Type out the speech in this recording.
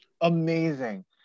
Amazing